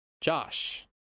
Josh